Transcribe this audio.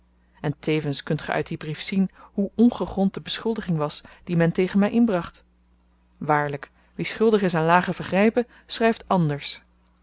en tevens kunt ge uit dien brief zien hoe ongegrond de beschuldiging was die men tegen my inbracht waarlyk wie schuldig is aan lage vergrypen schryft anders